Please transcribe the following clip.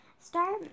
start